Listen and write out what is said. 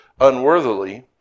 unworthily